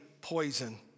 poison